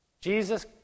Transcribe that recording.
Jesus